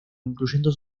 incluyendo